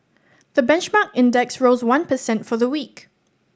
the benchmark index rose one per cent for the week